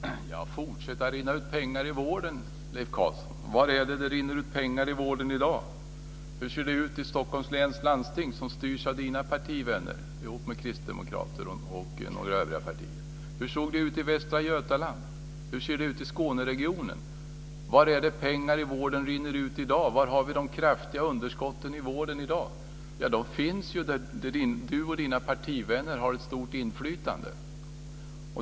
Fru talman! Fortsätta att rinna ut pengar ur vården, säger Leif Carlson. Var är det som det rinner ut pengar ur vården i dag? Hur ser det ut i Stockholms läns landsting, som styrs av Leif Carlsons partivänner ihop med kristdemokrater och några andra? Hur såg det ut i Västra Götaland? Hur ser det ut i Skåneregionen? Var är det pengar i vården rinner ut i dag? Var har vi de kraftiga underskotten i vården i dag? De finns ju där Leif Carlson och hans partivänner har ett stort inflytande.